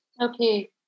Okay